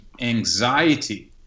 anxiety